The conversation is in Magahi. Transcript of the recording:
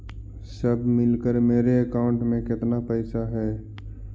सब मिलकर मेरे अकाउंट में केतना पैसा है?